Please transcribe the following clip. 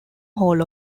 hall